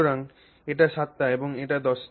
সুতরাং এটি 7 এবং এটি 10